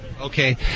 Okay